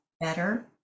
better